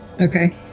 Okay